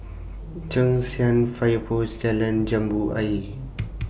Cheng San Fire Post Jalan Jambu Ayer